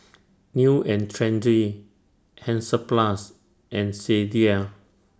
New and Trendy Hansaplast and Sadia